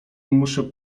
muszę